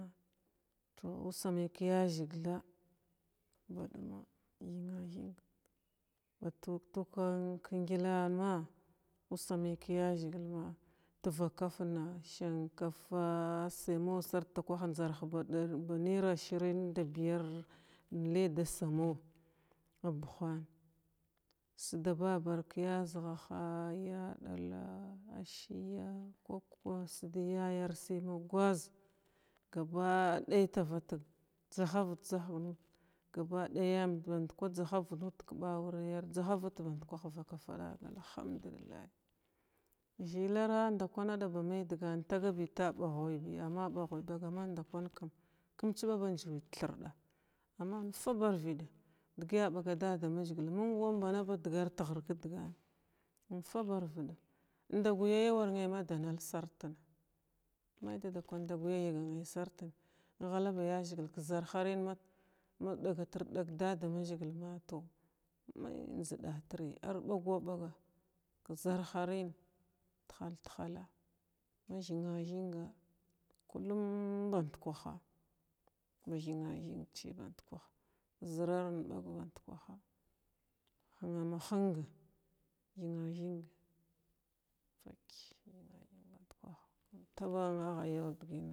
Tow ussa may ka yazəgila baɗuma thrnathinga ba to tokan ka nglanma ussa may ka yzəgila tva kafna shinkafa’a saymo sarta kwachna njzarh ba naira ashirin da biyar layda saymon abohan sida abar kaya zəgha hayya yaɗala ashiya kwakwa safay yaya shi ma gwaza gabaday tavatəg jzanhavət njzch muda gabadaya yamd bandkwa jzaharət bandkwah nuda alhamdullah zəlara ndakwan adaba may dəgan tagabi ta bagwa bi amma ɓag-ghəyɓalg amma ndakwan kam kum tsuba ba njəy da thirda amma infaɓar vəda dəgəya aɓaga dadamazəgila məng wan mɓana ba dəgar taghir ka dagan infaɓa arvəɗa indagyayawarnay madand sartən may dadakwan inda gyao yəgnay sartan inghala ba yazəgil ka zarəna ma ɗagarətalag kadadama zəgilma tow may njzadatiry ar ɓag wa ɓaga ka zaharən tahə-tahalla ma thina thinga kulum ba ndukwaha thing thingti ɓandkwah zərarna bag band kwaha ma ma həngala thima thinga fək thima thinga band kwah.